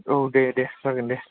औ दे दे जागोन दे